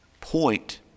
point